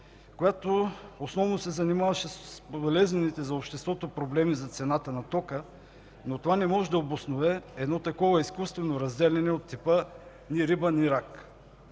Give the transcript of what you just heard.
която основно се занимаваше с болезнените за обществото проблеми за цената на тока, но това не може да обоснове едно такова изкуствено разделяне от типа „ни риба, ни рак”.